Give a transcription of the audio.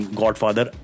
godfather